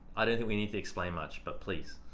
i don't think we need to explain much but please.